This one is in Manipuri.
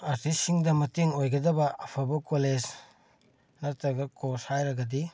ꯑꯥꯔꯇꯤꯁꯁꯤꯡꯗ ꯃꯇꯦꯡ ꯑꯣꯏꯒꯗꯕ ꯑꯐꯕ ꯀꯣꯂꯦꯖ ꯅꯠꯇ꯭ꯔꯒ ꯀꯣꯔꯁ ꯍꯥꯏꯔꯒꯗꯤ